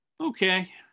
Okay